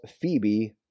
Phoebe